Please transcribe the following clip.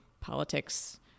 politics